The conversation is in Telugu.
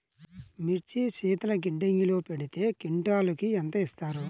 మిర్చి శీతల గిడ్డంగిలో పెడితే క్వింటాలుకు ఎంత ఇస్తారు?